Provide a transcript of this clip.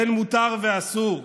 בין מותר ואסור.